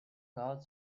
car